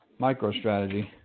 MicroStrategy